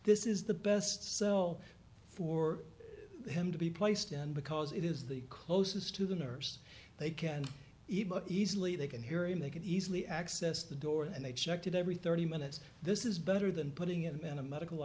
this is the best so for him to be placed in because it is the closest to the nurse they can even easily they can hear him they can easily access the door and they checked it every thirty minutes this is better than putting him in a medical